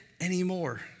anymore